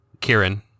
Kieran